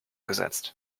gesetzt